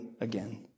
again